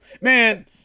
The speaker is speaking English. man